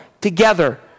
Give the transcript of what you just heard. together